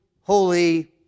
holy